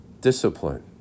discipline